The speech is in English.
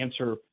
answer